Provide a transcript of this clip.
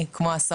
לא משהו ליד,